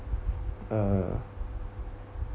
uh